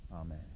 amen